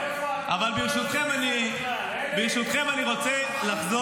--- אלי, איפה אתה רואה אופוזיציה בכלל?